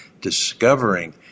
discovering